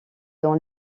dans